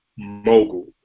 mogul